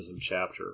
chapter